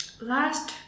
Last